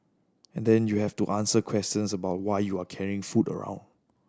and then you have to answer questions about why you are carrying food around